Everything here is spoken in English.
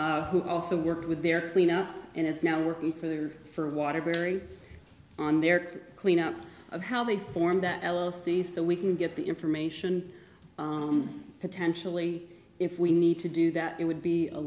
e who also worked with their cleanup and is now working for for waterbury on their cleanup of how they form that l l c so we can get the information potentially if we need to do that it would be a